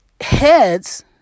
Heads